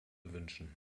wünschen